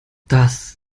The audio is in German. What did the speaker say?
das